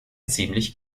ziemlich